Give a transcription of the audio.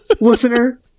listener